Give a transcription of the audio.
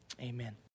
amen